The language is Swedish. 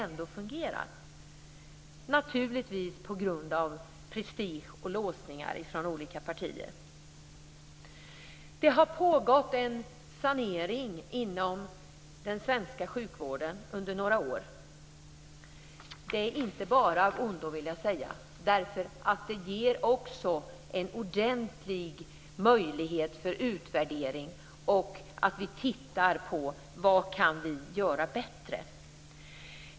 Naturligtvis på grund av prestige och låsningar från olika partier. Det har pågått en sanering inom den svenska sjukvården under några år. Det är inte bara av ondo, vill jag säga. Det ger också en ordentlig möjlighet att utvärdera och att titta på vad vi kan göra bättre.